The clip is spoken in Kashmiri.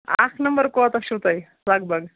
اکھ نمبر کوتاہ چھُو تۄہہِ لگ بگ